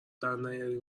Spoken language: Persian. درنیاری